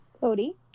Cody